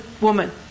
woman